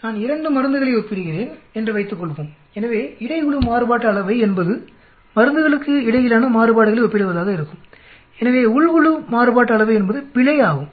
நான் 2 மருந்துகளை ஒப்பிடுகிறேன் என்று வைத்துக்கொள்வோம் எனவே இடை குழு மாறுபாட்டு அளவை என்பது மருந்துகளுக்கு இடையிலான மாறுபாடுகளை ஒப்பிடுவதாக இருக்கும் எனவே உள் குழு மாறுபாட்டு அளவை என்பது பிழையே ஆகும்